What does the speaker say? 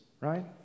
right